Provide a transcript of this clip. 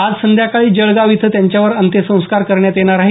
आज संध्याकाळी जळगाव इथं त्यांच्यावर अंत्यसंस्कार करण्यात येणार आहेत